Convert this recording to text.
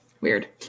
Weird